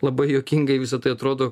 labai juokingai visa tai atrodo